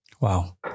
wow